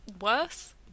worse